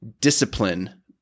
discipline